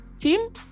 team